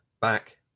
back